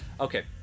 okay